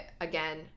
again